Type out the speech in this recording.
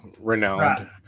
renowned